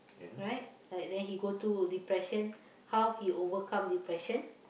right but then he go through depression how he overcome depression